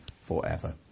forever